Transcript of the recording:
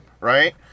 right